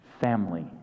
family